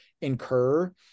incur